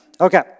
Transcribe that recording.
Okay